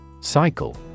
Cycle